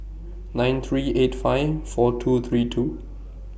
nine three eight five four two three two